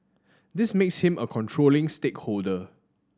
this makes him a controlling stakeholder